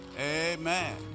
Amen